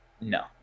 no